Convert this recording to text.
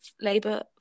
Labour